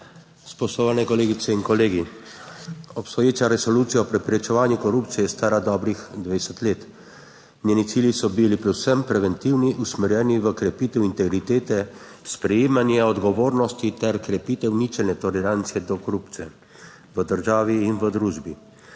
spoštovane kolegice in kolegi! Obstoječa Resolucija o preprečevanju korupcije je stara dobrih 20 let. Njeni cilji so bili predvsem preventivni, usmerjeni v krepitev integritete, sprejemanje odgovornosti ter krepitev ničelne tolerance do korupcije v državi in v družbi.